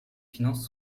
finances